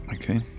Okay